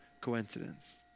coincidence